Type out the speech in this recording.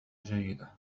جيدة